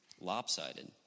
lopsided